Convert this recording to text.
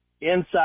inside